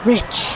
Rich